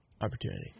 Opportunity